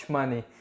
money